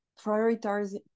prioritizing